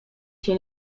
się